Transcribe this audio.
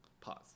Pause